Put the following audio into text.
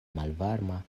malvarma